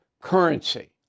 currency